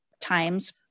times